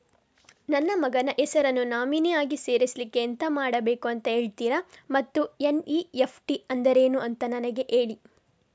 ನನ್ನ ಮಗನ ಹೆಸರನ್ನು ನಾಮಿನಿ ಆಗಿ ಸೇರಿಸ್ಲಿಕ್ಕೆ ಎಂತ ಮಾಡಬೇಕು ಅಂತ ಹೇಳ್ತೀರಾ ಮತ್ತು ಎನ್.ಇ.ಎಫ್.ಟಿ ಅಂದ್ರೇನು ಅಂತ ನನಗೆ ಹೇಳಿ